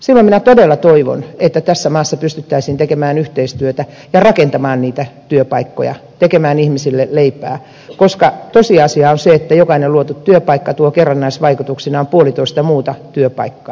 silloin minä todella toivon että tässä maassa pystyttäisiin tekemään yhteistyötä ja rakentamaan niitä työpaikkoja tekemään ihmisille leipää koska tosiasia on se että jokainen luotu työpaikka tuo kerrannaisvaikutuksinaan puolitoista muuta työpaikkaa